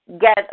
get